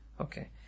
Okay